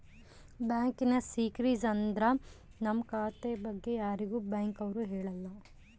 bank secrecy ಅಂದ್ರ ನಮ್ ಖಾತೆ ಬಗ್ಗೆ ಯಾರಿಗೂ ಬ್ಯಾಂಕ್ ಅವ್ರು ಹೇಳಲ್ಲ